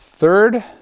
Third